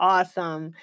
Awesome